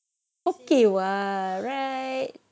okay what right